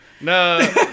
no